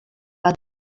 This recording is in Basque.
bat